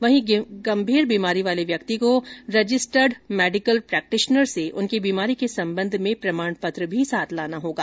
वहीं गंभीर बीमारी वाले व्यक्ति को रजिस्टर्ड मेडिकल प्रेक्टिश्नर से उनकी बीमारी के सम्बन्ध में प्रमाणपत्र साथ लाना होगा